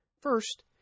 First